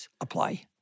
apply